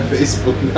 Facebook